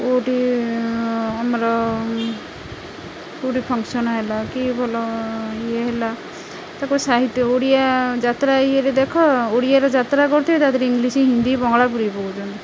କୋଉଠି ଆମର କେଉଁଠି ଫଙ୍କସନ ହେଲା କି ଭଲ ଇଏ ହେଲା ତାକୁ ସାହିତ୍ୟ ଓଡ଼ିଆ ଯାତ୍ରା ଇଏରେ ଦେଖ ଓଡ଼ିଆରେ ଯାତ୍ରା କରିଥିବେ ତା'ଦେହରେ ଇଂଲିଶ ହିନ୍ଦୀ ବଙ୍ଗଳା ପୁ଼ରେଇ ପକୋଉଛନ୍ତି